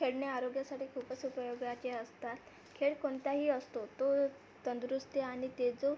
खेळणे आरोग्यासाठी खूपच उपयोगाचे असतात खेळ कोणताही असतो तो तंदुरुस्ती आणि तेजो